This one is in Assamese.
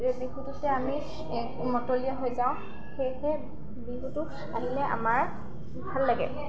বিহুটোতে আমি মতলীয়া হৈ যাওঁ সেয়েহে বিহুটো আহিলে আমাৰ ভাল লাগে